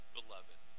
beloved